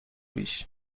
پیش